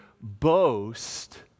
boast